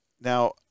now